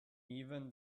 even